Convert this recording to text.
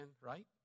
right